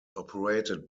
operated